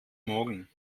morgen